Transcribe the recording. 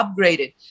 upgraded